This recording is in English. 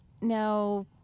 Now